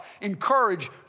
encourage